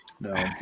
no